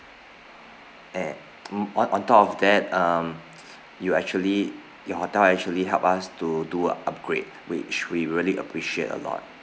a~ mm on on top of that um you actually your hotel actually helped us to do a upgrade which we really appreciate a lot